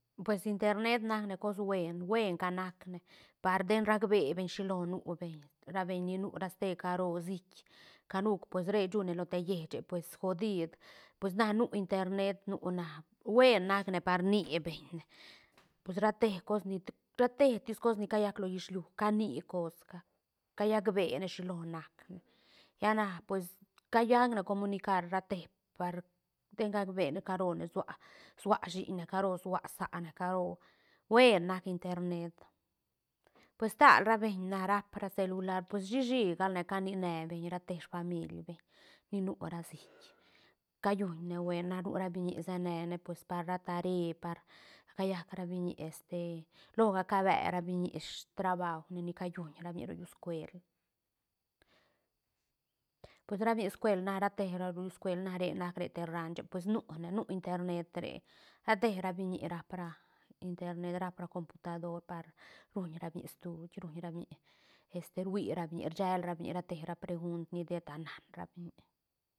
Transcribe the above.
Pues internet nac ne cos buen buen ca nac ne par den rcabe beñ shilo nu beñ ra beñ ninu ra ste caro siïc canu pues re shune lo te llieche pues godid pues na nu internet nu na buen nac ne par ni beñ ne pues ra te cos ni ra te tis cos ni callac lo hislu cani cosga callac beene shilo nac ne lla na pues callac ne comunicar rrate par ten gac bene caro ne sua- sua shiñne caro sua saane caro buen nac internet pues stal ra beñ na rap ra celular pues shi shi galne cani ne beñ ra te famiil beñ ni nura siïc calluñ ne buen na nura biñi se ne ne pues par ra tare par callac ra biñi este loga cabe ra biñi strabaujne ni callun ra biñi ro llüs cuel pues ra biñi scuel na rate ra ro llü scuel na re nac re te ranche pues nu ne nu internet re ra te ra biñi ra pra internet ra pra computador par ruñ ra biñi stuui ruñ ra biñi este rui ra biñi rshel ra biñi ra te ra pregunt ni sheta nan ra biñi.